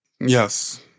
Yes